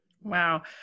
Wow